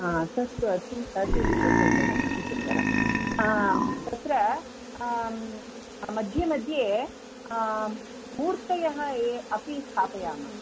तत्तु अति अतिसुन्दरम् अतिसुन्दरं तत्र मध्ये मध्ये मूर्तयः अपि स्थापयामः